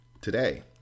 today